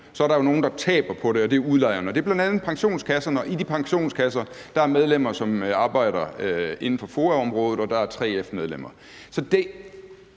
så er der jo nogle, der taber på det, og det er udlejerne. Det er bl.a. pensionskasserne, og i de pensionskasser er der medlemmer, som arbejder inden for FOA-området, og der er 3F-medlemmer.